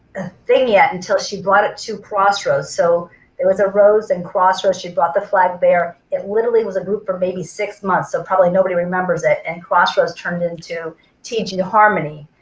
thing yet until she brought it to crossroads. so there was arose and crossroads she brought the flag there. it literally was a group for maybe six months so probably nobody remembers it and crossroads turned into teaching harmony,